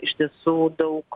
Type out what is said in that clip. iš tiesų daug